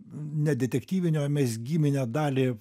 ne detektyvinio mezgiminę dalį